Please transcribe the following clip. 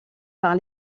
par